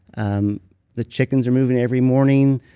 um the chickens are moving every morning.